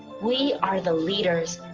we are the leaders